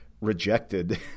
rejected